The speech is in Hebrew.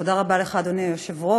תודה רבה לך, אדוני היושב-ראש,